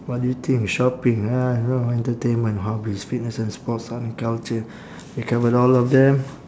what do you think shopping uh you know entertainment hobbies fitness and sports art and culture we covered all of them